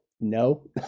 no